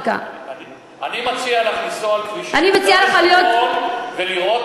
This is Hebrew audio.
המנסה לעשות שינוי בדמוקרטיה הישראלית ולהכניס